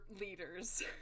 leaders